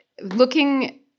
looking